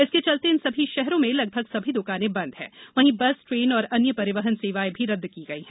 इसके चलते इन सभी शहरों में लगभग सभी दुकानें बंद है वहीं बस ट्रेन एवं अन्य परिवहन सेवाएं भी रदद की गई है